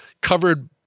covered